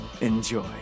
Enjoy